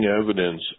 evidence